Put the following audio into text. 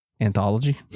anthology